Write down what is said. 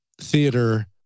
theater